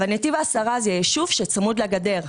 אבל נתיב העשרה זה יישוב צמוד לגדר.